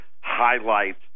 highlights